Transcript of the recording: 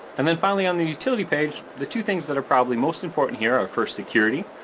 and then finally, on the utility page, the two things that are probably most important here are first security,